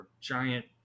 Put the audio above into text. giant